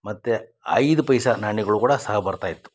ಮತ್ತು ಐದು ಪೈಸೆ ನಾಣ್ಯಗಳು ಕೂಡ ಸಹ ಬರ್ತಾ ಇತ್ತು